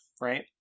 right